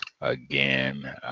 again